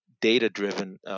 data-driven